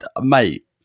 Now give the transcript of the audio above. Mate